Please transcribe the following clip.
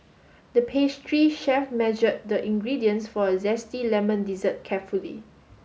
the pastry chef measured the ingredients for a zesty lemon dessert carefully